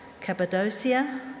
Cappadocia